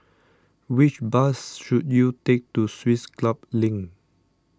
which bus should you take to Swiss Club Link